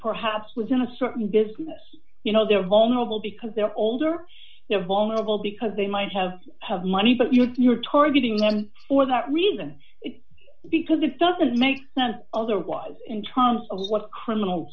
perhaps within a certain business you know they're vulnerable because they're older they're vulnerable because they might have money but you're you're targeting them for that reason because it doesn't make sense otherwise in terms of what criminal